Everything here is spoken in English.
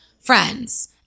friends